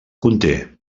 conté